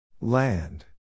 Land